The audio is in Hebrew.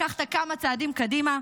לקחת כמה צעדים קדימה,